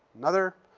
another